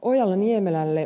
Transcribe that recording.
ojala niemelälle